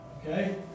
okay